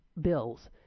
bills